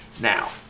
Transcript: Now